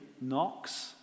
knocks